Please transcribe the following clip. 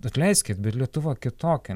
atleiskit bet lietuva kitokia